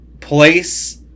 place